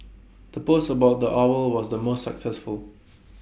the post about the owl was the most successful